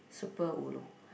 super ulu